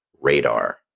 radar